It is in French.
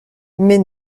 mais